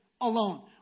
alone